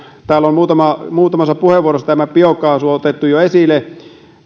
täällä on muutamassa puheenvuorossa biokaasu otettu jo esille